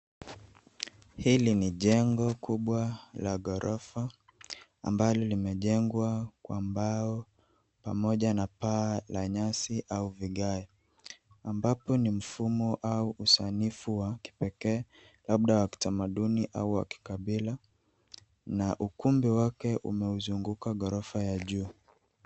Hili ni jengo kubwa la ghorofa ambalo limejengwa kwa mbao pamoja na paa la nyasi au vigae ,ambapo ni mfumo au usanifu wa kipekee. Labda wa kitamaduni au wa kikabila na ukumbi wake umezunguka ghorofa ya juu.